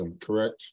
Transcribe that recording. correct